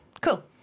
Cool